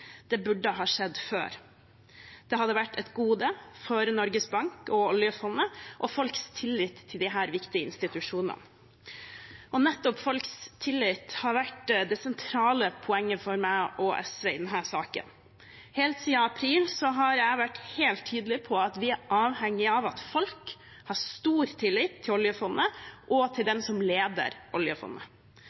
Det burde ha skjedd før. Det hadde vært et gode for Norges Bank og oljefondet og folks tillit til disse viktige institusjonene. Nettopp folks tillit har vært det sentrale poenget for meg og SV i denne saken. Helt siden april har jeg vært helt tydelig på at vi er avhengige av at folk har stor tillit til oljefondet – og til den som leder oljefondet.